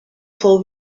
fou